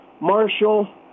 Marshall